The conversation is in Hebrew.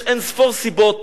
יש אין-ספור סיבות